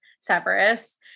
Severus